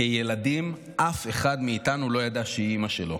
כילדים אף אחד מאיתנו לא ידע שהיא אימא שלו.